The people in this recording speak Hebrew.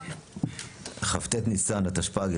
כ"ט ניסן התשפ"ג,